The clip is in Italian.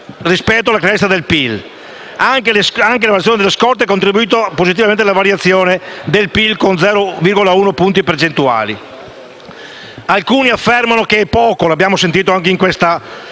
percentuali alla crescita del PIL. Anche la variazione delle scorte ha contribuito positivamente alla variazione del PIL (+0,1 punti percentuali). Alcuni affermano che è poco - lo abbiamo sentito anche in questa